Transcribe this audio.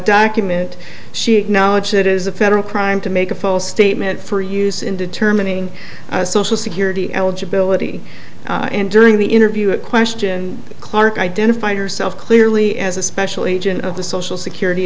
document she acknowledged it is a federal crime to make a false statement for use in determining social security eligibility and during the interview a question clarke identified herself clearly as a special agent of the social security